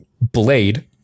blade